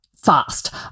Fast